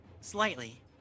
slightly